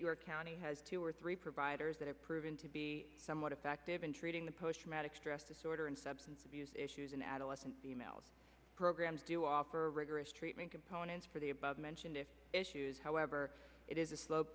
your county has two or three providers that have proven to be somewhat effective in treating the post traumatic stress disorder and substance abuse issues and adolescent males programs do offer rigorous treatment components for the above mentioned issues however it is a slow